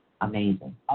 amazing